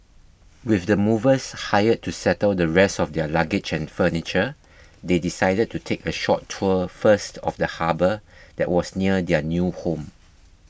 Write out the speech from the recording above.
with the movers hired to settle the rest of their luggage and furniture they decided to take a short tour first of the harbour that was near their new home